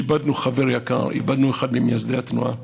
איבדנו חבר יקר, איבדנו אחד ממייסדי התנועה,